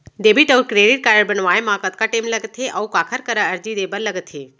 Debit अऊ credit card बनवाए मा कतका टेम लगथे, अऊ काखर करा अर्जी दे बर लगथे?